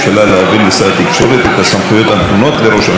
להעביר לשר התקשורת את הסמכויות הנתונות לראש הממשלה.